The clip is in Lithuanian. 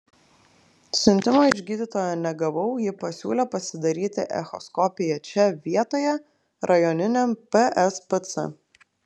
siuntimo iš gydytojo negavau ji pasiūlė pasidaryti echoskopiją čia vietoje rajoniniam pspc